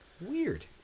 Weird